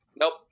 Nope